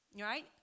right